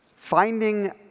Finding